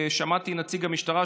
ושמעתי את נציג המשטרה,